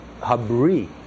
habri